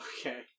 Okay